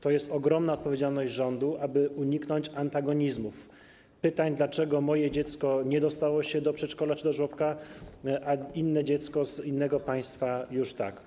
To jest ogromna odpowiedzialność rządu, aby uniknąć antagonizmów, pytań, dlaczego moje dziecko nie dostało się do przedszkola czy do żłobka, a dziecko z innego państwa już tak.